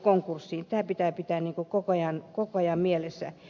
tämä pitää pitää koko ajan mielessä